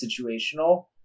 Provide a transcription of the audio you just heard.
situational